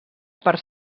per